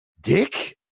dick